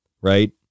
right